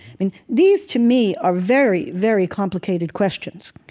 but and these to me are very, very complicated questions.